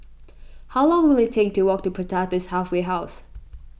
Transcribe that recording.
how long will it take to walk to Pertapis Halfway House